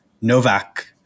Novak